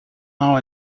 now